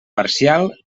parcial